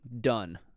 done